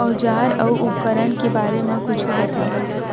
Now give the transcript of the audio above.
औजार अउ उपकरण के बारे मा कुछु बतावव?